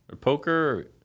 poker